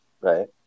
Right